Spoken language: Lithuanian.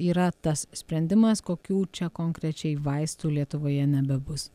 yra tas sprendimas kokių čia konkrečiai vaistų lietuvoje nebebus